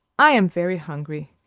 i am very hungry,